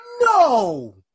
no